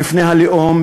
בפני הלאום,